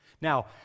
Now